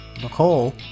Nicole